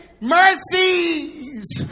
Mercies